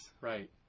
Right